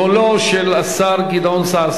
קולו של השר גדעון סער,